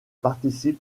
participe